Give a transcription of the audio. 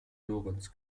lorenz